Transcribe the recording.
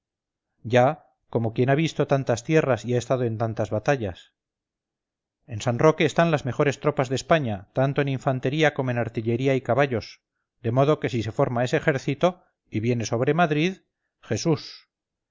ya como quien ha visto tantas tierras y ha estado en tantas batallas en san roque están las mejores tropas de españa tanto en infantería como en artillería y caballos de modo que si se forma ese ejército y viene sobre madrid jesús